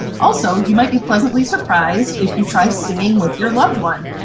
also, you might be pleasantly surprised if you try singing with your loved one.